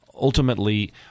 ultimately